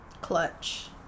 clutch